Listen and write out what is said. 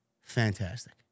fantastic